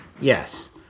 Yes